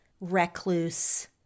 recluse